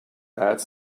ads